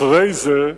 אחרי זה,